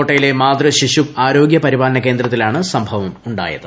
കോട്ടയിലെ മാതൃ ശിശു ആരോഗൃപരിപാലന കേന്ദ്രത്തിലാണ് സംഭവം ഉണ്ടായത്